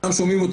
שומעים.